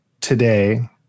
today